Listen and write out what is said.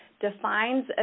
defines